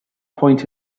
point